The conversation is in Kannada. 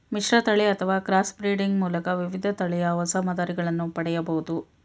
ಮಿಶ್ರತಳಿ ಅಥವಾ ಕ್ರಾಸ್ ಬ್ರೀಡಿಂಗ್ ಮೂಲಕ ವಿವಿಧ ತಳಿಯ ಹೊಸ ಮಾದರಿಗಳನ್ನು ಪಡೆಯಬೋದು